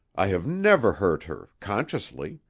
i have never hurt her consciously.